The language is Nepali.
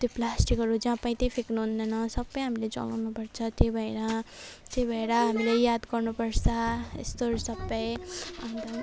त्यो प्लास्टिकहरू जहाँ पाए त्यहीँ फ्याक्नु हुँदैन सबै हामीले जलाउनु पर्छ त्यही भएर त्यही भएर हामीले याद गर्नु पर्छ यस्तोहरू सबै अन्त